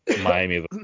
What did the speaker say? Miami